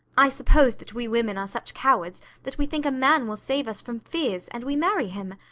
i suppose that we women are such cowards that we think a man will save us from fears, and we marry him.